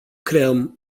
creăm